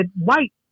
white